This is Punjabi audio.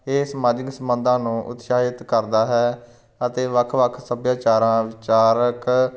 ਇਹ ਸਮਾਜਿਕ ਸਮਾਨਤਾ ਨੂੰ ਉਤਸ਼ਾਹਿਤ ਕਰਦਾ ਹੈ ਅਤੇ ਵੱਖ ਵੱਖ ਸੱਭਿਆਚਾਰਾਂ ਵਿਚਾਰਕ